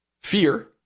fear